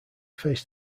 face